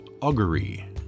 augury